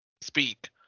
speak